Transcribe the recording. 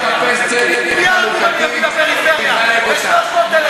מיליארדים לפריפריה ב-300,000 שקל.